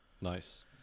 Nice